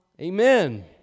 Amen